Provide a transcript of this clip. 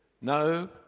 no